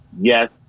Yes